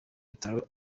bitaro